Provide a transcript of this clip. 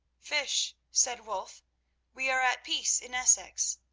fish, said wulf we are at peace in essex.